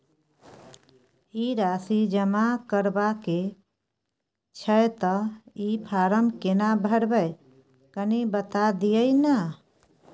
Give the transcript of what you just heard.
ई राशि जमा करबा के छै त ई फारम केना भरबै, कनी बता दिय न?